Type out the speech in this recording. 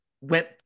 went